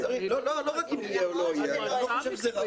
לא רק אם יהיה או לא יהיה, אני לא חושב שזה ראוי.